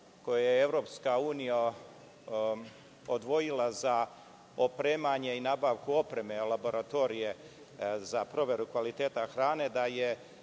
koje je EU odvojila za opremanje i nabavku opreme laboratorije za proveru kvaliteta hrane,